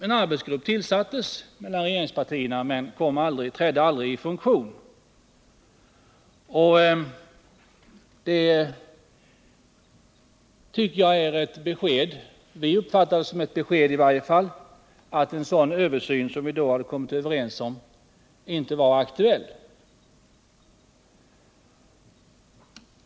En arbetsgrupp tillsattes för att göra översynen, men den trädde aldrig i funktion, utan vi fick beskedet — åtminstone uppfattade vi det så — att den översyn vi var eniga om inte längre var aktuell.